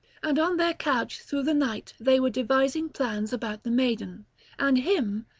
and on their couch through the night they were devising plans about the maiden and him,